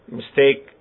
mistake